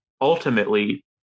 ultimately